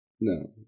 No